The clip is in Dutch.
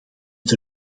het